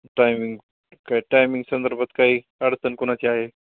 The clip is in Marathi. टायमिंग काय टायमिंग संदर्भात काही अडचण कोणाची आहे